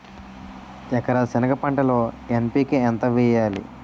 ఎకర సెనగ పంటలో ఎన్.పి.కె ఎంత వేయాలి?